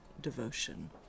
Devotion